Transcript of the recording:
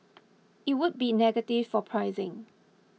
it would be negative for pricing